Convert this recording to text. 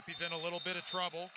up he's in a little bit of trouble